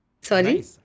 Sorry